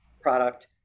product